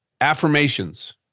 affirmations